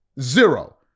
zero